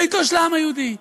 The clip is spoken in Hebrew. ביתו של העם היהודי.